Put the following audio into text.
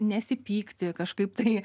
nesipykti kažkaip tai